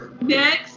next